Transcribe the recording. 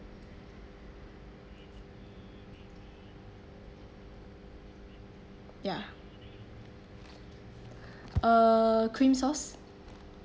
ya uh cream sauce